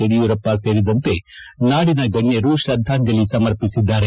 ಯಡಿಯೂರಪ್ಪ ಸೇರಿದಂತೆ ನಾಡಿನ ಗಣ್ಯರು ಶ್ರದ್ಧಾಂಜಲಿ ಸಮರ್ಪಿಸಿದ್ದಾರೆ